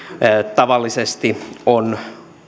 tavallisesti on